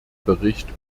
bericht